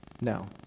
No